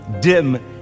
dim